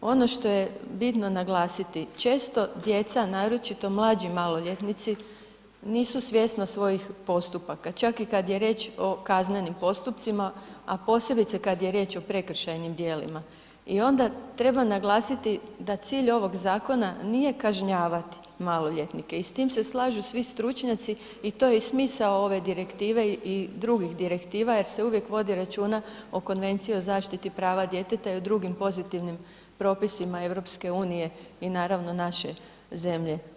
Ono što je bitno naglasiti, često djeca naročito mlađi maloljetnici, nisu svjesni svojih postupaka, čak i kad riječ o kaznenim postupcima a posebice kad riječ o prekršajnim djelima i onda treba naglasit da cilj ovog zakona nije kažnjavat maloljetnike i s tim se slažu svi stručnjaci i to je i smisao ove direktive i drugih direktiva jer se uvijek vodi računa o Konvenciji o zaštiti prava djeteta i o drugim pozitivnim propisima EU-a i naravno, naše zemlje.